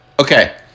Okay